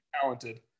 talented